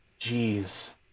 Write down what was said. Jeez